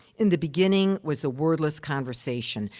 in the beginning, was the wordless conversation.